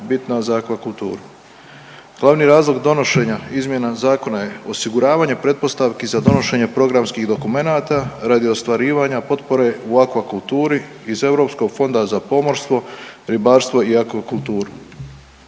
bitna za akvakulturu. Glavni razlog donošenja izmjena zakona je osiguravanje pretpostavki za donošenje programskih dokumenata radi ostvarivana potpore u akvakulturi iz Europskog fonda za pomorstvo, ribarstvo i akvakulturu.